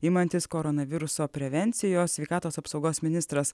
imantis koronaviruso prevencijos sveikatos apsaugos ministras